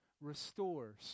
restores